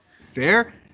Fair